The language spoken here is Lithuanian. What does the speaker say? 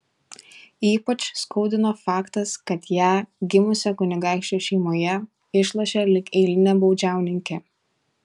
ypač skaudino faktas kad ją gimusią kunigaikščių šeimoje išlošė lyg eilinę baudžiauninkę